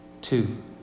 Two